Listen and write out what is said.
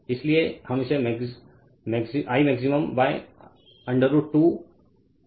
इसलिए हम इसे I max √ 2 2 ईंटो R रख रहे हैं